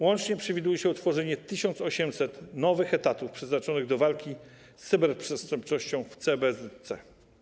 Łącznie przewiduje się otworzenie 1800 nowych etatów przeznaczonych do walki z cyberprzestępczością w CBZC.